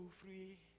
free